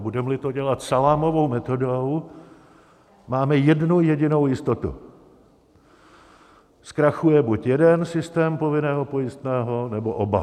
Budemeli to dělat salámovou metodou, máme jednu jedinou jistotu zkrachuje buď jeden systém povinného pojistného, nebo oba.